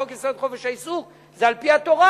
חוק-יסוד: חופש העיסוק זה על-פי התורה,